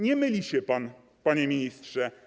Nie myli się pan, panie ministrze.